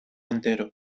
entero